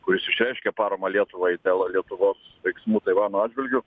kuris išreiškė paramą lietuvai dėl lietuvos veiksmų taivano atžvilgiu